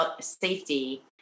safety